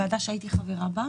ועדה שהייתי חברה בה,